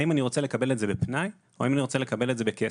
האם אני רוצה לקבל את זה בפנאי או לקבל את זה בכסף.